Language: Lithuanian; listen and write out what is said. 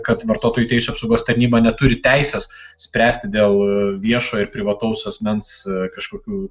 kad vartotojų teisių apsaugos tarnyba neturi teisės spręsti dėl viešo ir privataus asmens kažkokių